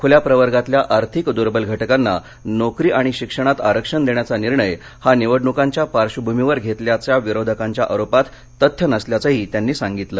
खुल्या प्रवर्गातल्या आर्थिक दूर्वल घटकांना नोकरी आणि शिक्षणात आरक्षण देण्याचा निर्णय हा निवडणुकांच्या पार्श्वभूमीवर घेतल्याचा विरोधकांच्या आरोपात तथ्य नसल्याचंही त्यांनी सांगितलं